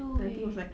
the auntie was like